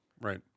right